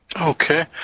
Okay